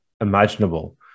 imaginable